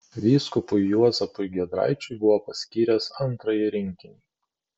vyskupui juozapui giedraičiui buvo paskyręs antrąjį rinkinį